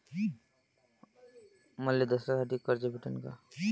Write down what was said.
मले दसऱ्यासाठी कर्ज भेटन का?